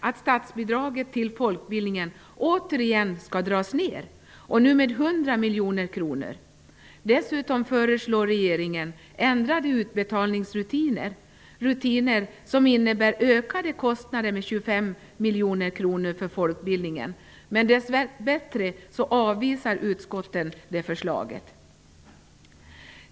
miljoner kronor. Dessutom föreslår regeringen ändrade utbetalningsrutiner, som innebär att kostnaderna ökar med 25 miljoner kronor för folkbildningen. Dess bättre avvisar utskottet detta förslag.